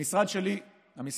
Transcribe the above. המשרד שלי בעצם,